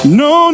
no